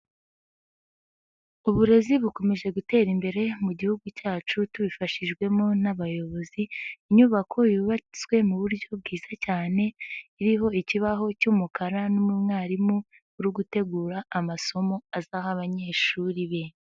Uburezi bukomeje gutera imbere mu Gihugu cyacu tubifashijwemo n'abayobozi, inyubako yubatswe mu buryo bwiza cyane iriho ikibaho cy'umukara n'umwarimu uri gutegura amasomo azaha abanyeshuri be.